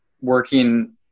working